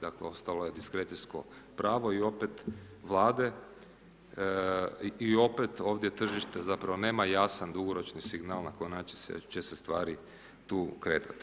Dakle ostalo je diskrecijsko pravo i opet vlade i opet ovdje tržište zapravo nema jasan dugoročni signal ... će se stvari tu kretati.